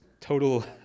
total